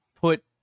put